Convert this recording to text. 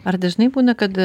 ar dažnai būna kad